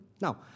Now